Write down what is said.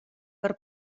per